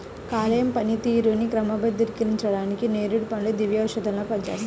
కాలేయం పనితీరుని క్రమబద్ధీకరించడానికి నేరేడు పండ్లు దివ్యౌషధంలా పనిచేస్తాయి